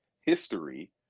history